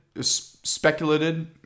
speculated